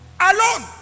alone